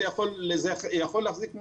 זה יכול להחזיק מים,